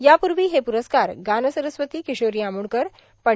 यापूर्वी हे पुरस्कार गानसरस्वती किशोरी आमोणकर पं